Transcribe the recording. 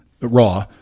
raw